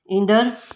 ईंदड़ु